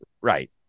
Right